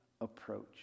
approach